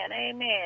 amen